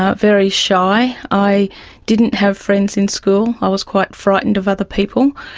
ah very shy. i didn't have friends in school, i was quite frightened of other people,